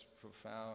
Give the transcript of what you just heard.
profound